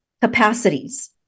capacities